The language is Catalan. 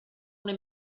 una